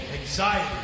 anxiety